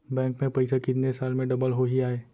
Bank में पइसा कितने साल में डबल होही आय?